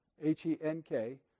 H-E-N-K